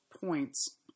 points